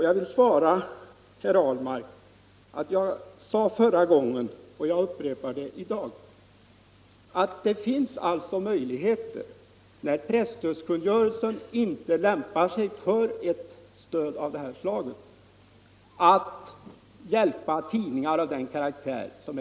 Jag vill svara herr Ahlmark, som jag också sade när vi förra gången diskuterade denna fråga, att när tidningar av den karaktär som Estniska Dagbladet representerar inte via presstödskungörelsen kan få ett stöd finns andra möjligheter att hjälpa dessa.